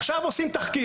עכשיו עושים תחקיר.